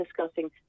discussing